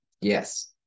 Yes